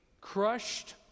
crushed